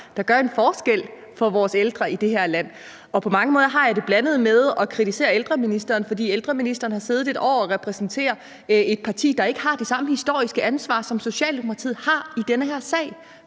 der gør en forskel for vores ældre i det her land. Jeg har det på mange måder blandet med at kritisere ældreministeren, for ældreministeren har siddet et år og repræsenterer et parti, der ikke har det samme historiske ansvar, som Socialdemokratiet har, i den her sag.